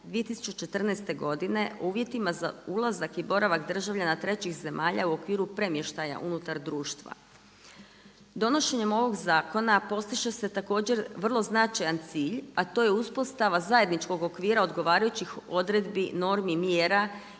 2014. godine, uvjetima uza ulazak i boravak državljana trećih zemalja u okviru premještaja unutar društva. Donošenjem ovog zakona postiže se također, vrlo značajan cilj a to je uspostava zajedničkog okvira odgovarajućih odredbi, normi, mjera